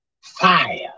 Fire